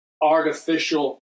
artificial